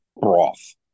broth